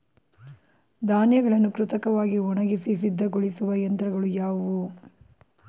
ಧಾನ್ಯಗಳನ್ನು ಕೃತಕವಾಗಿ ಒಣಗಿಸಿ ಸಿದ್ದಗೊಳಿಸುವ ಯಂತ್ರಗಳು ಯಾವುವು?